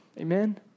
Amen